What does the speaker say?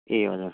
ए हजुर